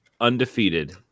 undefeated